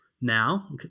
Now